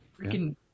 freaking